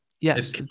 yes